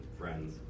friends